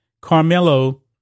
Carmelo